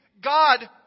God